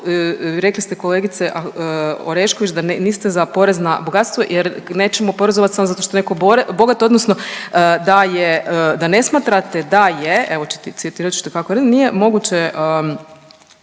Rekli ste kolegice Orešković da niste za porez na bogatstvo jer nećemo oporezovati samo zato što je netko bogat, odnosno da ne smatrate da je evo citirat ću nije moguće,